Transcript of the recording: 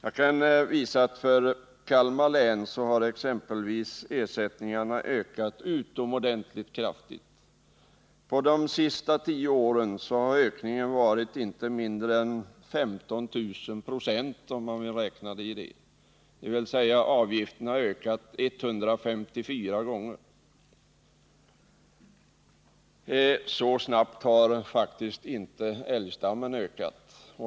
Exempelvis för Kalmar län har dessa ersättningar ökat utomordentligt kraftigt: på de senaste tio åren har ökningen varit inte mindre än 15 000 96, om man vill räkna den i procenttal, dvs. avgifterna har ökat 154 gånger! Så snabbt har älgstammen faktiskt inte ökat!